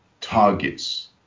targets